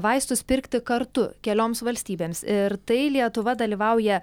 vaistus pirkti kartu kelioms valstybėms ir tai lietuva dalyvauja